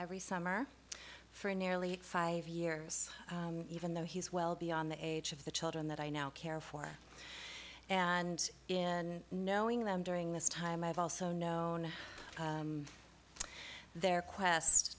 every summer for nearly five years even though he's well beyond the age of the children that i now care for and in knowing them during this time i've also known their